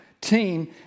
team